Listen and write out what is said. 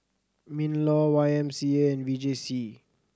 MinLaw Y M C A and V J C